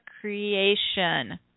creation